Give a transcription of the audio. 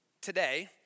today